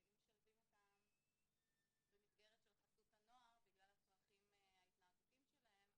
אם משלבים אותם במסגרת של חסות הנוער בגלל הצרכים ההתנהגותיים שלהם,